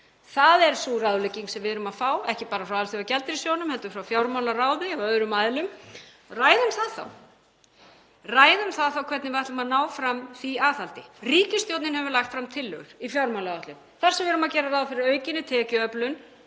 Það er sú ráðlegging sem við erum að fá, ekki bara frá Alþjóðagjaldeyrissjóðnum heldur frá fjármálaráði og öðrum aðilum. Ræðum það þá. Ræðum það hvernig við ætlum að ná fram því aðhaldi. Ríkisstjórnin hefur lagt fram tillögur í fjármálaáætlun þar sem við erum að gera ráð fyrir aukinni tekjuöflun